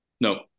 No